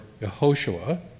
Yehoshua